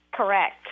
Correct